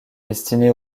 destinée